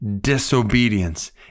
disobedience